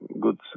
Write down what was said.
good